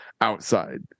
outside